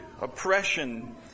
oppression